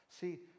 See